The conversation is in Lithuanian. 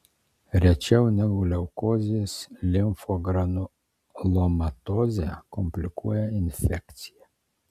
rečiau negu leukozės limfogranulomatozę komplikuoja infekcija